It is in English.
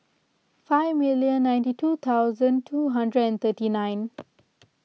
five million ninety two thousand two hundred and thirty nine